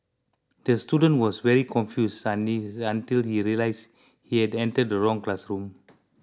the student was very confused until he realised he had entered the wrong classroom